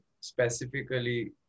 specifically